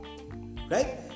Right